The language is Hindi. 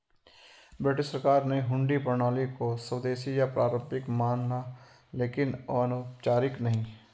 ब्रिटिश सरकार ने हुंडी प्रणाली को स्वदेशी या पारंपरिक माना लेकिन अनौपचारिक नहीं